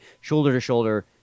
Shoulder-to-shoulder